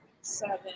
seven